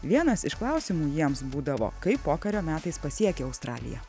vienas iš klausimų jiems būdavo kaip pokario metais pasiekė australiją